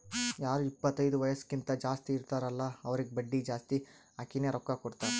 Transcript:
ಯಾರು ಇಪ್ಪತೈದು ವಯಸ್ಸ್ಕಿಂತಾ ಜಾಸ್ತಿ ಇರ್ತಾರ್ ಅಲ್ಲಾ ಅವ್ರಿಗ ಬಡ್ಡಿ ಜಾಸ್ತಿ ಹಾಕಿನೇ ರೊಕ್ಕಾ ಕೊಡ್ತಾರ್